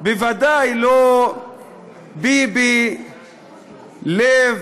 בוודאי לא ביבי עם